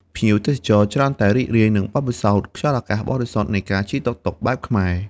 ភ្ញៀវទេសចរច្រើនតែរីករាយនឹងបទពិសោធន៍ខ្យល់អាកាសបរិសុទ្ធនៃការជិះតុកតុកបែបខ្មែរ។